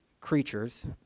creatures